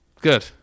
Good